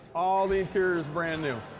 all the interior is brand-new.